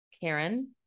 Karen